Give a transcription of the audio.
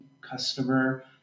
customer